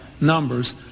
numbers